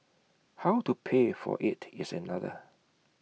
how to pay for IT is another